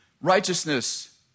righteousness